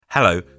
Hello